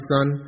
Son